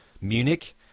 Munich